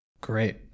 Great